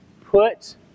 Put